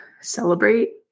celebrate